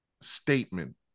statement